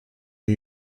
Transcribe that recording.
new